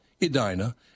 Edina